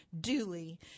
duly